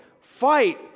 Fight